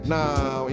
now